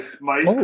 mike